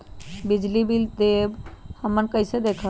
बिजली बिल देल हमन कईसे देखब?